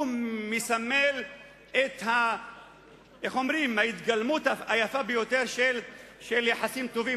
שמסמל את ההתגלמות היפה ביותר של יחסים טובים,